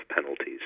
penalties